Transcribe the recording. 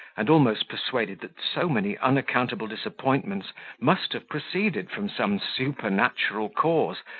and almost persuaded that so many unaccountable disappointments must have proceeded from some supernatural cause,